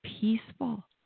peaceful